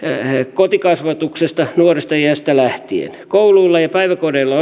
kotikasvatuksesta nuoresta iästä lähtien kouluilla ja päiväkodeilla